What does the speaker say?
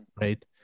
Right